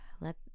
Let